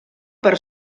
per